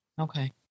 Okay